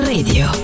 Radio